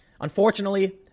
Unfortunately